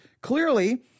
clearly